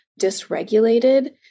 dysregulated